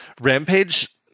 Rampage